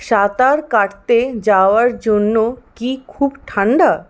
সাঁতার কাটতে যাওয়ার জন্য কি খুব ঠান্ডা